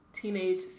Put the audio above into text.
Teenage